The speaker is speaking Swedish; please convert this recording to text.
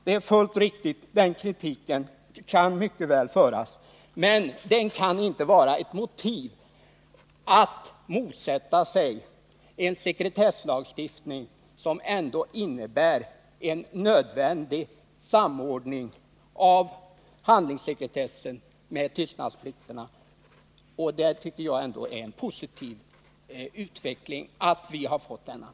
Men det förhållandet att det kan finnas anledning att framföra kritik kan inte vara ett motiv för att motsätta sig en sekretesslagstiftning som ändå innebär en nödvändig samordning av handlingssekretessen och bestämmelserna om tystnadsplikt. Jag tycker det är en positiv utveckling att vi får en sådan samordning.